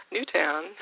Newtown